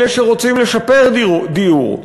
אלה שרוצים לשפר דיור,